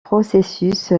processus